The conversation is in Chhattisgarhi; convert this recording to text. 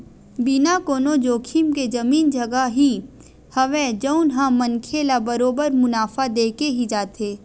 बिना कोनो जोखिम के जमीन जघा ही हवय जउन ह मनखे ल बरोबर मुनाफा देके ही जाथे